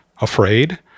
afraid